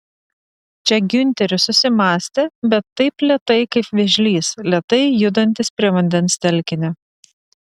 čia giunteris susimąstė bet taip lėtai kaip vėžlys lėtai judantis prie vandens telkinio